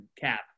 Cap